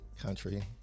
country